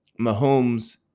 Mahomes